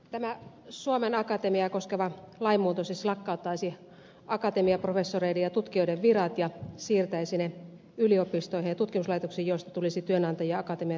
tämä suomen akatemiaa koskeva lainmuutos siis lakkauttaisi akatemiaprofessoreiden ja tutkijoiden virat ja siirtäisi ne yliopistoihin ja tutkimuslaitoksiin joista tulisi työnantajia akatemian tilalle